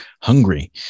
hungry